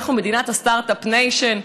אנחנו מדינת הסטרטאפ ניישן,